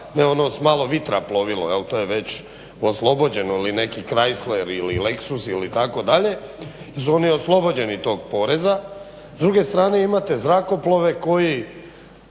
ne ono s malo vitra plovilo. To je već oslobođeno ili neki Crysler ili Lexus ili itd. jer su oni oslobođenih tog poreza. S druge strane imate zrakoplove koji